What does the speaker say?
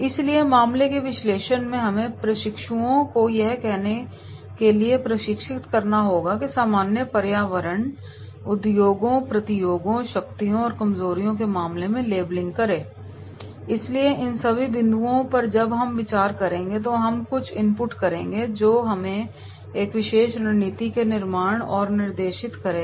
इसलिए मामले के विश्लेषण में हमें प्रशिक्षुओं को यह कहने के लिए प्रशिक्षित करना होगा कि सामान्य पर्यावरण उद्योगों प्रतियोगियों शक्तियों और कमजोरियों के मामले में लेबलिंग करें इसलिए इन सभी बिंदुओं पर जब हम विचार करेंगे तब हम कुछ इनपुट करेंगे जो हमें एक विशेष रणनीति के निर्माण की ओर निर्देशित करेगा